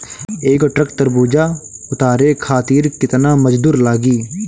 एक ट्रक तरबूजा उतारे खातीर कितना मजदुर लागी?